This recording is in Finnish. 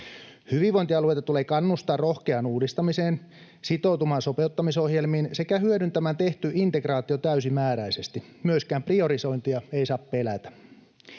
Hyvinvointialueita tulee kannustaa rohkeaan uudistamiseen, sitoutumaan sopeuttamisohjelmiin sekä hyödyntämään tehty integraatio täysimääräisesti. Myöskään priorisointia ei saa pelätä.